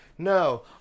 No